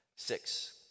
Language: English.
six